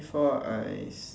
before I